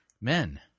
men